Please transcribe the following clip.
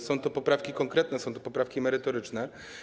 Są to poprawki konkretne, są to poprawki merytoryczne.